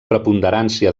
preponderància